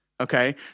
okay